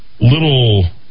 little